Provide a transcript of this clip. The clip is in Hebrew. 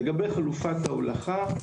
לגבי חלופת ההולכה,